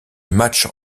match